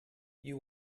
you